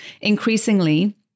Increasingly